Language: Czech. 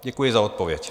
Děkuji za odpověď.